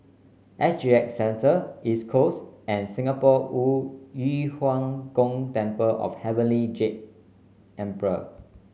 S G X Centre East Coast and Singapore Yu Huang Gong Temple of Heavenly Jade Emperor